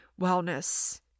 wellness